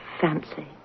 fancy